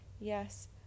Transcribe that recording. Yes